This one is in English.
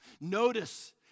Notice